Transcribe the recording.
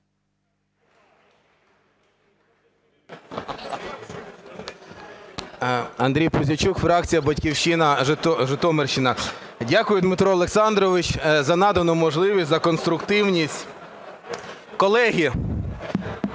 Андрій Пузійчук, фракція "Батьківщина", Житомирщина. Дякую, Дмитро Олександрович, за надану можливість, за конструктивність. Колеги,